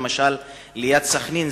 למשל ליד סח'נין,